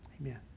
Amen